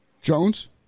Jones